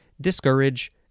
discourage